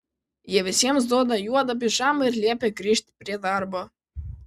jie visiems duoda juodą pižamą ir liepia grįžt prie darbo